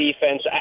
defense